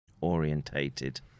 orientated